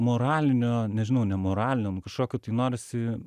moralinio nežinau ne moralinio kažkokio tai norisi